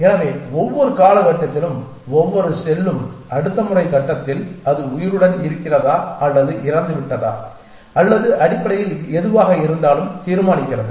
எனவே ஒவ்வொரு கால கட்டத்திலும் ஒவ்வொரு செல்லும் அடுத்த முறை கட்டத்தில் அது உயிருடன் இருக்கிறதா அல்லது இறந்துவிட்டதா அல்லது அடிப்படையில் எதுவாக இருந்தாலும் தீர்மானிக்கிறது